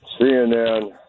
CNN